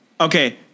Okay